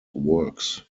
works